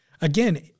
Again